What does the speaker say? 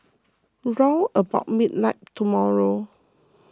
round about midnight tomorrow